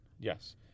yes